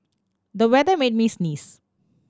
the weather made me sneeze